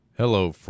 Hello